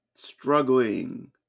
Struggling